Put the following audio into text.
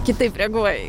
kitaip reaguoja į